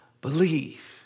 Believe